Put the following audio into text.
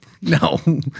No